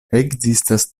ekzistas